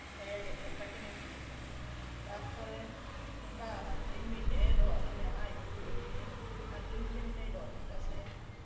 ᱥᱟᱭᱟ ᱜᱮᱫ ᱨᱮᱭᱟᱜ ᱠᱟᱴᱤᱝ ᱮ ᱪᱮᱫ ᱟᱹᱫᱤᱧᱟ ᱛᱟᱨᱯᱚᱨᱮ ᱚᱱᱠᱟ ᱢᱤᱫᱴᱟᱱᱮ ᱨᱚᱜ ᱟᱹᱫᱤᱧᱟ ᱟᱡ ᱩᱫᱩᱜ ᱟᱹᱫᱤᱧᱟᱭ ᱟᱨ ᱤᱧ ᱛᱮ ᱢᱤᱫᱴᱟᱱ ᱤᱧ ᱨᱚᱜ ᱠᱮᱫᱟ ᱥᱟᱭᱟ